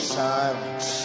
silence